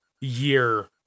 year